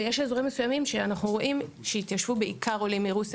ויש אזורים מסוימים שאנחנו רואים שבהם התיישבו בעיקר עולים מרוסיה,